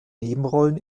nebenrollen